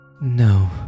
No